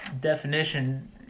definition